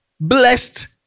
blessed